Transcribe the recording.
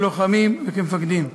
כלוחמים וכמפקדים.